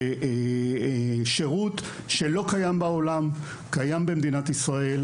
זה שירות שלא קיים בעולם - קיים במדינת ישראל,